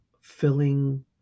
filling